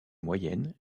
moyenne